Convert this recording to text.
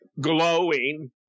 glowing